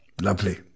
Lovely